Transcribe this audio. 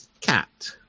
Cat